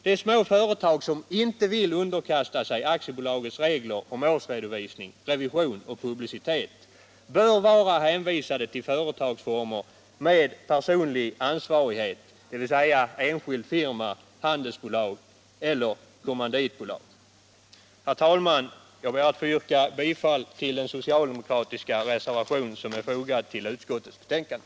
De små företag som inte vill underkasta sig aktiebolagslagens regler om årsredovisning, revision och publicitet bör vara hänvisade till företagsformer med personlig ansvarighet, dvs. enskild firma, handelsbolag eller kommanditbolag. Herr talman! Jag ber att få yrka bifall till den socialdemokratiska reservation som är fogad till utskottets betänkande.